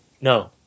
No